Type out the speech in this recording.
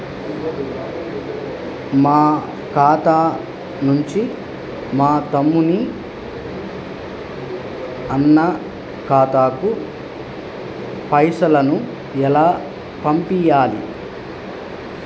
మా ఖాతా నుంచి మా తమ్ముని, అన్న ఖాతాకు పైసలను ఎలా పంపియ్యాలి?